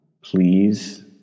please